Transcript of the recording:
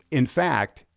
in fact,